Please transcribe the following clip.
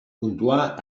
puntuarà